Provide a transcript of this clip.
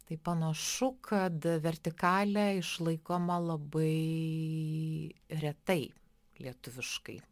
tai panašu kad vertikalė išlaikoma labai retai lietuviškai